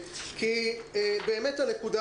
זה נמצא באתר,